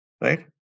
right